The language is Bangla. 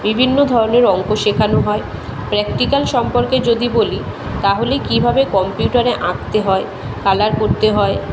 বিভিন্ন ধরনের অঙ্ক শেখানো হয় প্র্যাকটিক্যাল সম্পর্কে যদি বলি তাহলে কীভাবে কম্পিউটারে আঁকতে হয় কালার করতে হয়